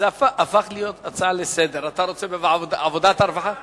את הנושא לוועדת הכספים נתקבלה.